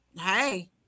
hey